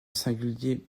singulier